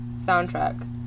soundtrack